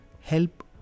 help